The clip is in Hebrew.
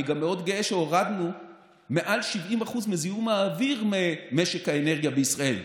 אני מאוד גאה שהורדנו מעל 70% מזיהום האוויר ממשק האנרגיה בישראל,